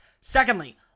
Secondly